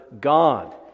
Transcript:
God